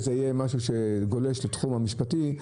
שלא יהיה משהו שגולש לתחום המשפטי,